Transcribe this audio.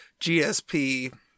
GSP